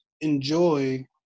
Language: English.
enjoy